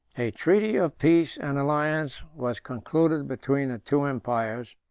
a treaty of peace and alliance was concluded between the two empires,